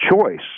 choice